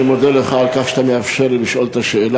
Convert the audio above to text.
אני מודה לך על כך שאתה מאפשר לי לשאול את השאלה.